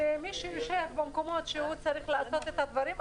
שמי שיושב במקומות שהוא צריך לעשות את הדברים,